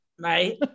Right